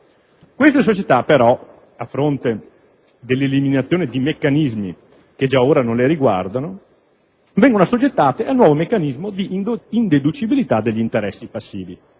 Queste società, però, a fronte dell'eliminazione di meccanismi che già ora non le riguardano, vengono assoggettate al nuovo meccanismo di indeducibilità degli interessi passivi.